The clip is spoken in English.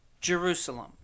Jerusalem